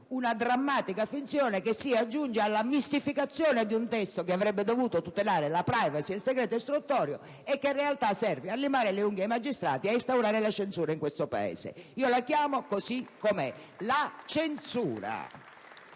drammatica finzione che si aggiunge alla mistificazione di un testo che avrebbe dovuto tutelare la *privacy* e il segreto istruttorio e che in realtà serve a limare le unghie ai magistrati e ad instaurare la censura in questo Paese. La chiamo così com'è: la censura.